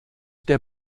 der